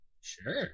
Sure